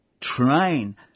train